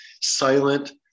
silent